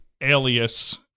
alias